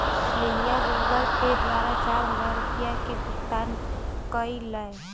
लिलीया Google Pay द्वारा चार हजार रुपिया के भुगतान कई लय